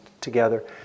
together